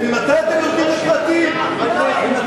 ממתי אתם יורדים לפרטים כאלה?